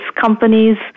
companies